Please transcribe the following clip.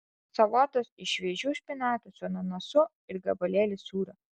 salotos iš šviežių špinatų su ananasu ir gabalėlis sūrio